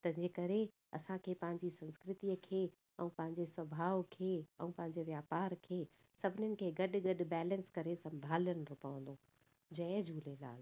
त जंहिं करे असांखे पंहिंजी संस्कृतिअ खे ऐं पंहिंजे सुभाउ खे ऐं पंहिंजे वापार खे सभिनीनि खे गॾु गॾु बैलंस करे संभालणो पवंदो जय झूलेलाल